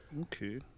okay